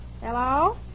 Hello